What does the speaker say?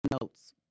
notes